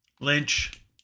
Lynch